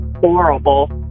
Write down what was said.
horrible